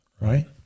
right